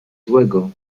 złego